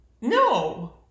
No